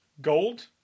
Gold